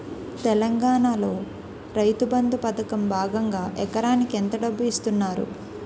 తెలంగాణలో రైతుబంధు పథకం భాగంగా ఎకరానికి ఎంత డబ్బు ఇస్తున్నారు?